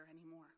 anymore